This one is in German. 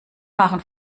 machen